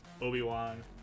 Obi-Wan